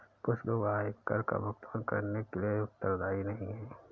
कुछ लोग आयकर का भुगतान करने के लिए उत्तरदायी नहीं हैं